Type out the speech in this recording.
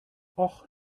och